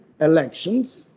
elections